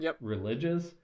religious